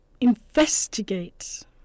investigate